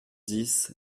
dix